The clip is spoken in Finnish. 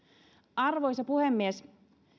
arvoisa puhemies